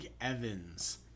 Evans